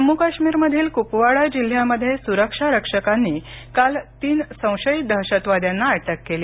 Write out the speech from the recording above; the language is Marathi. जम्मू काश्मीरमधील कुपवाडा जिल्ह्यामध्ये सुरक्षा रक्षकांनी काल तीन संशयित दहशतवाद्यांना अटक केली